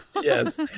Yes